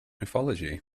mythology